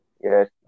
yes